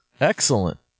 Excellent